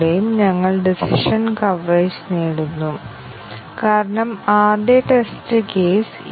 അതിനാൽ നമുക്ക് ഏറ്റവും ലളിതമായത് നോക്കാം അതായത് സ്റ്റേറ്റ്മെന്റ് കവറേജ് അടിസ്ഥാനമാക്കിയുള്ള പരിശോധന